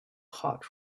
hot